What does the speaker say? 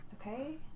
Okay